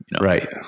Right